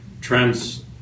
Trends